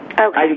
Okay